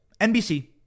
NBC